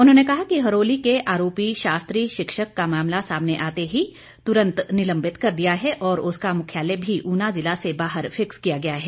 उन्होंने कहा कि हरोली के आरोपी शास्त्री शिक्षक को मामला सामने आते ही तुरंत निलंबित कर दिया है और उसका मुख्यालय भी ऊना जिला से बाहर फिक्स किया गया है